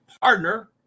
partner